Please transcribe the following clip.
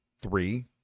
Three